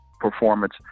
performance